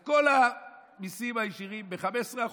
את כל המיסים הישירים ב-15%,